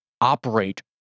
operate